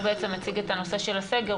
הוא בעצם מציג את הנושא של הסגר,